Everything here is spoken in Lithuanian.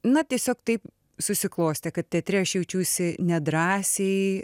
na tiesiog taip susiklostė kad teatre aš jaučiausi nedrąsiai